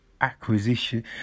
acquisition